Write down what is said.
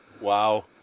Wow